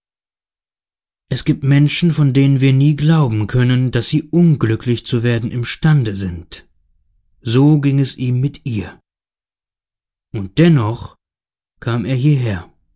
es gibt menschen von denen wir nie glauben können daß sie unglücklich zu werden imstande sind so ging es ihm mit ihr und dennoch kam er hierher